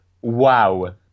Wow